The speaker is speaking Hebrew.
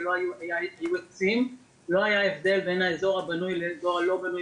לא היה הבדל בין האזור הבנוי לאזור הלא בנוי